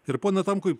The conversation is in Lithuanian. ir pone tamkui